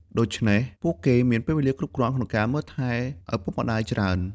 ដូច្នេះ ពួកគេមានពេលវេលាគ្រប់គ្រាន់ ក្នុងការមើលថែឪពុកម្តាយច្រើន។